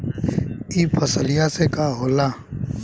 ई फसलिया से का होला?